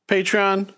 Patreon